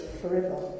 forever